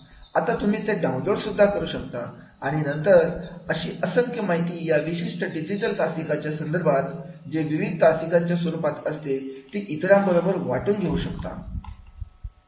आता तुम्ही ते डाऊनलोड सुद्धा करू शकता आणि नंतर अशी असंख्य माहिती या विशिष्ट डिजिटल तासिकांच्या संदर्भात जे विविध तासिकांच्या स्वरूपात असते ती इतरांबरोबर वाटून घेऊ शकता